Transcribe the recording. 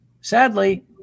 sadly